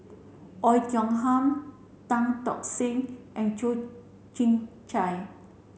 Oei Tiong Ham Tan Tock Seng and Toh Chin Chye